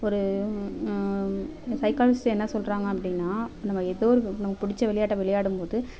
ஒரு சைக்காலஜிஸ்ட் என்ன சொல்கிறாங்க அப்படின்னா நம்ம ஏதோ ஒரு நமக்கு பிடிச்ச விளையாட்டை விளையாடும்போது